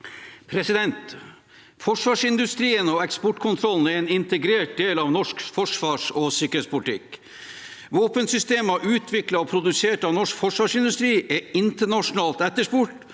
Forsvarsindustrien og eksportkontrollen er en integrert del av norsk forsvars- og sikkerhetspolitikk. Våpensystemer utviklet og produsert av norsk forsvarsindustri er internasjonalt etterspurt